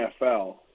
NFL